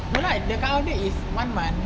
no lah the cut off date is one month